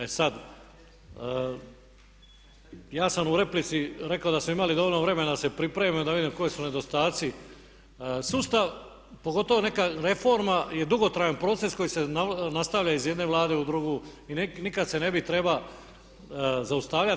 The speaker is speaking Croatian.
E sad ja sam u replici rekao da smo imali dovoljno vremena da se pripremimo i da vidimo koji su nedostaci, sustav pogotovo neka reforma je dugotrajan proces koji se nastavlja iz jedne Vlade u drugu i nikad se ne bi trebao zaustavljati.